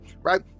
right